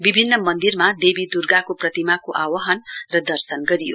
विभिन्न मन्दिरमा देवी दुर्गाको प्रतिमाको आह्वान र दर्शन गरियो